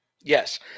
yes